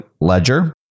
ledger